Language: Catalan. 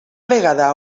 vegada